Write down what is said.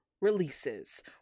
releases